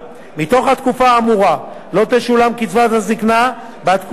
מתוך התקופה האמורה לא תשולם קצבת זיקנה בעד תקופה העולה